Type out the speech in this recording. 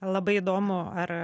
labai įdomu ar